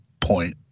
point